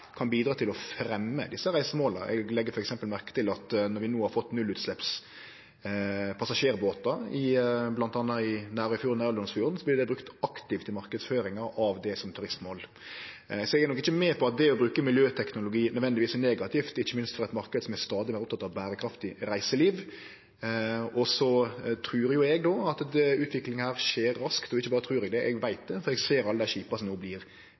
kan bidra til å fremje desse reisemåla. Eg legg f.eks. merke til at når vi no har fått nullutsleppspassasjerbåtar i bl.a. Nærøyfjorden og Aurlandsfjorden, vert det brukt aktivt i marknadsføringa av desse som turistmål, så eg er nok ikkje med på at det å bruke miljøteknologi nødvendigvis er negativt, ikkje minst for ein marknad som er stadig meir oppteken av berekraftig reiseliv. Eg trur at utviklinga skjer raskt – eg ikkje berre trur det, eg veit det – for eg ser alle dei skipa som no